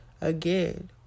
Again